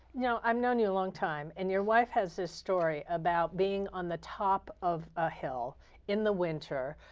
yeah um known you a long time, and your wife has this story about being on the top of a hill in the winter.